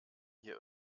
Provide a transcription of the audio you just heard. hier